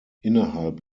innerhalb